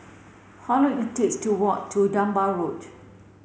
how long it takes to walk to Dunbar Road